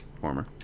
former